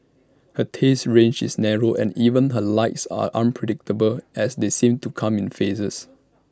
her taste range is narrow and even her likes are unpredictable as they seem to come in phases